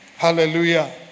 Hallelujah